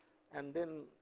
and then,